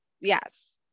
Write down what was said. yes